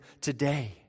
today